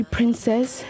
Princess